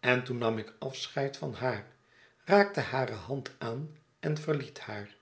en toen nam ik afscheid van haar raakte hare hand aan en verliet haar